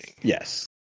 Yes